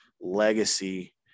legacy